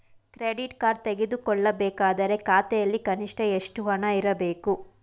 Credit card ತೆಗೆದುಕೊಳ್ಳಬೇಕಾದರೆ ಖಾತೆಯಲ್ಲಿ ಕನಿಷ್ಠ ಎಷ್ಟು ಹಣ ಇರಬೇಕು?